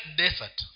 desert